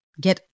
get